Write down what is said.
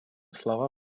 слова